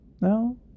No